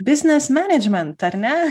biznis menedžment ar ne